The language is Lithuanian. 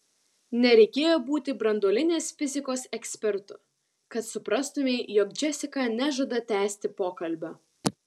nereikėjo būti branduolinės fizikos ekspertu kad suprastumei jog džesika nežada tęsti pokalbio